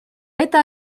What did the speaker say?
это